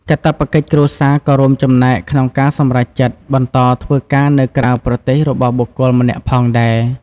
កាតព្វកិច្ចគ្រួសារក៏រួមចំណែកក្នុងការសម្រេចចិត្ត បន្តធ្វើការនៅក្រៅប្រទេសរបស់បុគ្គលម្នាក់ផងដែរ។